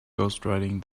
ghostwriting